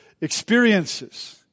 experiences